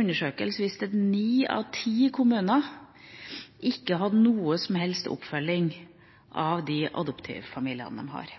undersøkelse viste at ni av ti kommuner ikke hadde noen som helst oppfølging av de adoptivfamiliene de har.